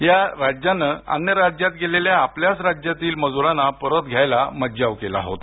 या राज्याने अन्य राज्यात गेलेल्या आपल्याच राज्यातील मजुरांना परत घेण्यास मज्जाव केला होता